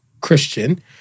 Christian